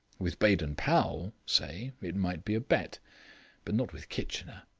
with baden-powell, say, it might be a bet but not with kitchener.